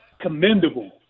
commendable